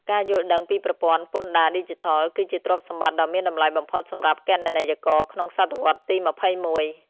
ការយល់ដឹងពីប្រព័ន្ធពន្ធដារឌីជីថល គឺជាទ្រព្យសម្បត្តិដ៏មានតម្លៃបំផុតសម្រាប់គណនេយ្យករក្នុងសតវត្សទី២១។